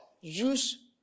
use